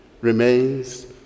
remains